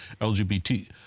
LGBT